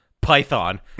Python